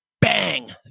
bang